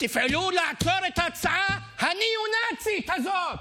תפעלו לעצור את ההצעה הניאו-נאצית הזאת.